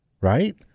Right